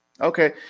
Okay